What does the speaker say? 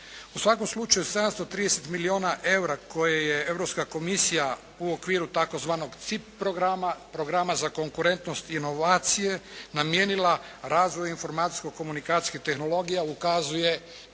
U svakom slučaju 730 milijuna eura koje je Europska komisija u okviru tzv CIP programa, programa za konkurentnost inovacije namijenila razvoju informacijsko-komunikacijske tehnologije, ali ukazuje